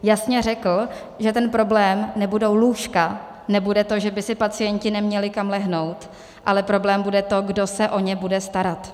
Jasně řekl, že ten problém nebudou lůžka, nebude to, že by si pacienti neměli kam lehnout, ale problém bude to, kdo se o ně bude starat.